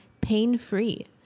pain-free